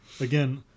Again